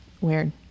weird